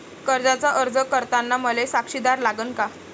कर्जाचा अर्ज करताना मले साक्षीदार लागन का?